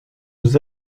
aux